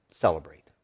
celebrate